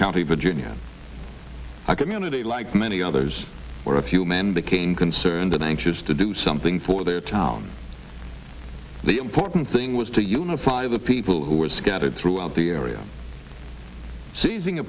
county virginia our community like many others where a few men became concerned that anxious to do something for their town the important thing was to unify the people who were scattered throughout the area seizing